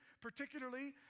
particularly